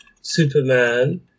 Superman